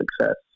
success